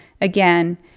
again